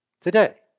Today